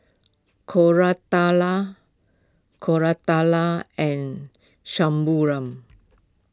Koratala Koratala and